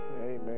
Amen